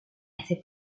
ese